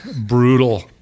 brutal